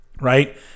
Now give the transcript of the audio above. right